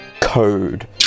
code